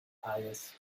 pious